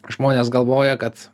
žmonės galvoja kad